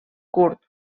curt